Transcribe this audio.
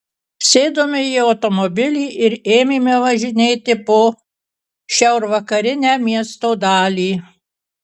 sėdome į automobilį ir ėmėme važinėti po šiaurvakarinę miesto dalį